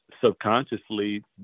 subconsciously